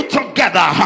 together